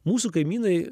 mūsų kaimynai